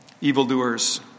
evildoers